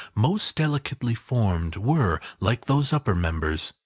most delicately formed, were, like those upper members,